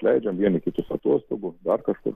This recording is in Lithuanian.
leidžiam vieni kitus atostogų dar kažkur